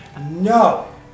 No